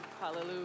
hallelujah